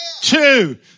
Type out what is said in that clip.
two